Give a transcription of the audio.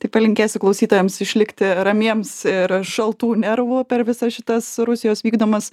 tai palinkėsiu klausytojams išlikti ramiems ir šaltų nervų per visas šitas rusijos vykdomas